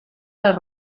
les